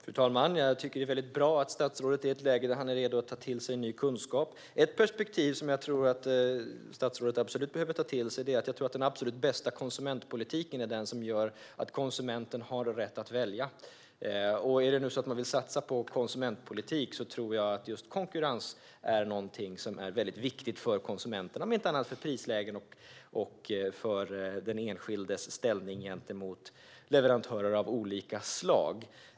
Fru talman! Jag tycker att det är bra att statsrådet är i ett läge där han är redo att ta till sig ny kunskap. Ett perspektiv som jag tror att statsrådet absolut behöver ta till sig är att jag tror att den absolut bästa konsumentpolitiken är den som gör att konsumenten har rätt att välja. Vill man nu satsa på konsumentpolitik tror jag att just konkurrens är något som är viktigt för konsumenterna, om inte annat i fråga om prislägen och den enskildes ställning gentemot leverantörer av olika slag.